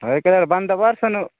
ହଏ କେବେ ବନ୍ଦ ହେବ ସେନୁ